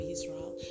Israel